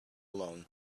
alone